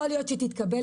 יכול להיות שהיא תתקבל,